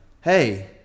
hey